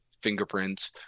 fingerprints